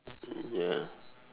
mm ya